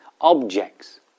objects